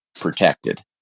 protected